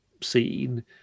scene